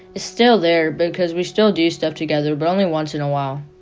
it's still there because we still do stuff together but only once in a while.